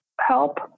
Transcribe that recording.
help